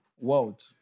world